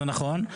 זה נכון.